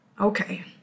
Okay